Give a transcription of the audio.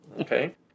Okay